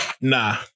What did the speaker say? Nah